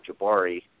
Jabari